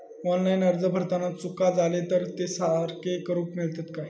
Online अर्ज भरताना चुका जाले तर ते सारके करुक मेळतत काय?